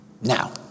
Now